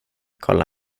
kolla